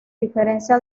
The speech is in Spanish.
diferencia